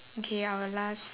okay our last